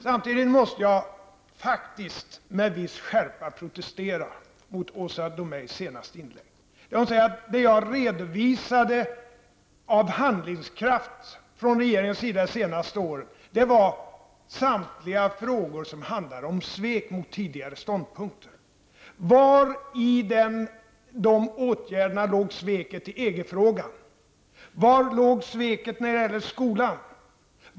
Samtidigt måste jag faktiskt med viss skärpa protestera mot Åsa Domeijs senaste inlägg. Hon säger att det jag redovisade av handlingskraft från regeringen de senaste åren var samtliga frågor som handlade om svek mot tidigare ståndpunkter. Var i de åtgärderna låg sveket i EG-frågan? Var låg sveket när det gäller skolan?